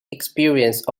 experience